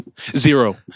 Zero